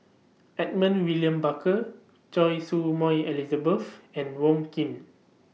Edmund William Barker Choy Su Moi Elizabeth and Wong Keen